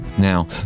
Now